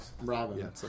Robin